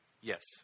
Yes